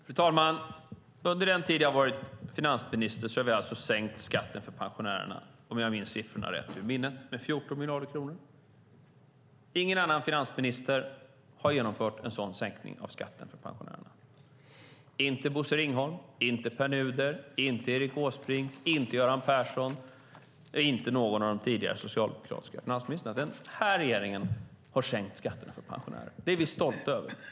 Fru talman! Under den tid jag har varit finansminister har vi sänkt skatten för pensionärerna med 14 miljarder kronor, om jag minns rätt. Ingen annan finansminister har genomfört en sådan sänkning av skatten för pensionärerna - inte Bosse Ringholm, inte Pär Nuder, inte Erik Åsbrink, inte Göran Persson, inte någon av de tidigare socialdemokratiska finansministrarna. Den här regeringen har sänkt skatten för pensionärerna. Det är vi stolta över.